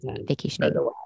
vacation